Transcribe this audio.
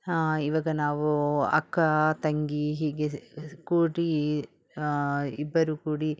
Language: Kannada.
ಹಾಂ ಇವಾಗ ನಾವು ಅಕ್ಕ ತಂಗಿ ಹೀಗೆ ಕೂಡಿ ಇಬ್ಬರೂ ಕೂಡಿ